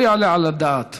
לא יעלה על הדעת